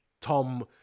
Tom